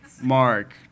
Mark